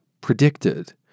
predicted